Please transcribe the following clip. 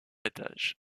étage